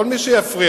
כל מי שיפריע,